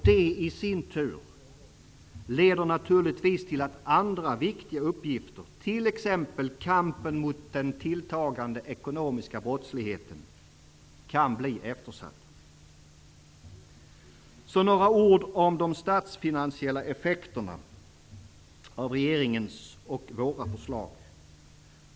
De, i sin tur, leder naturligtvis till att andra viktiga uppgifter, t.ex. kampen mot den tilltagande ekonomiska brottsligheten, kan bli eftersatta. Så några ord om de statsfinansiella effekterna av regeringens och våra förslag.